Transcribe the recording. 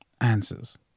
answers